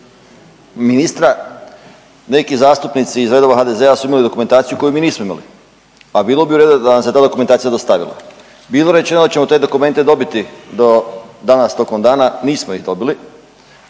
ministra neki zastupnici iz redova HDZ-a su imali dokumentaciju koju mi nismo imali, pa bilo bi uredu da nam se ta dokumentacija dostavila. Bilo je rečeno da ćemo te dokumente dobiti do danas tokom dana nismo ih dobili,